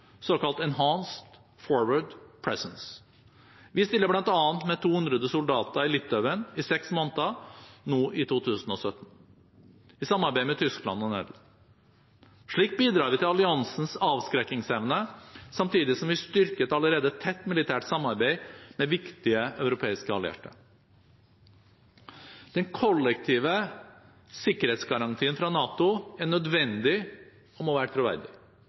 såkalt «enhanced forward presence». Vi stiller nå i 2017 bl.a. med 200 soldater i Litauen i seks måneder, i samarbeid med Tyskland og Nederland. Slik bidrar vi til alliansens avskrekkingsevne samtidig som vi styrker et allerede tett militært samarbeid med viktige europeiske allierte. Den kollektive sikkerhetsgarantien fra NATO er nødvendig og må være troverdig.